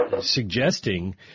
suggesting